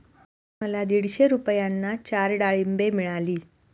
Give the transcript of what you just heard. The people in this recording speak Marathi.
मला दीडशे रुपयांना चार डाळींबे मिळाली